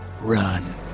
Run